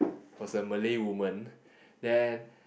was a Malay woman then